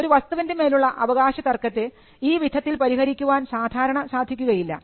ഒരു വസ്തുവിൻറെ മേലുള്ള അവകാശ തർക്കത്തെ ഈ വിധത്തിൽ പരിഹരിക്കുവാൻ സാധാരണ സാധിക്കുകയില്ല